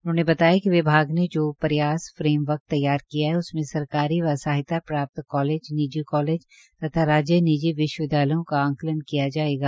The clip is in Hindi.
उन्होंने बताया कि विभाग ने जो प्रयास फ्रेमवर्क तैयार किया है उसमें सरकारी व सहायता प्राप्त कॉलेज निजी कॉलेज तथा राज्यनिजी विश्वविद्यालयों का आंकलन किया जाएगा